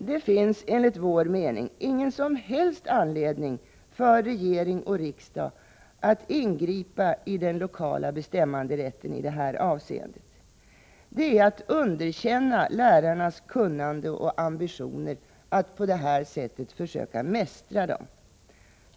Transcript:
Det finns enligt vår mening ingen som helst anledning för regering och riksdag att ingripa i den lokala bestämmanderätten i det här avseendet. Det är att underkänna lärarnas kunnande och ambitioner att på det här sättet försöka mästra dem.